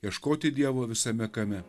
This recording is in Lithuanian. ieškoti dievo visame kame